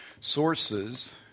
sources